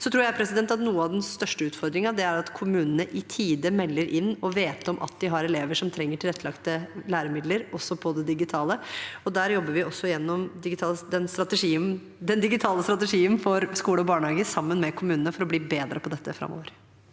Så tror jeg at noe av den største utfordringen er at kommunene i tide melder inn og vet om at de har elever som trenger tilrettelagte læremidler, også digitale. Der jobber vi også gjennom den digitale strategien for skoler og barnehager sammen med kommunene for å bli bedre på dette framover.